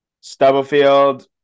Stubblefield